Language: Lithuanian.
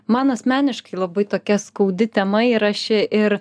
man asmeniškai labai tokia skaudi tema yra ši ir